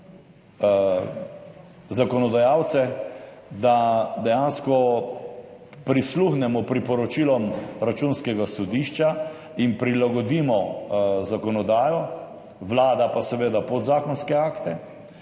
zakonodajalce, da dejansko prisluhnemo priporočilom Računskega sodišča in prilagodimo zakonodajo, Vlada pa seveda podzakonske akte,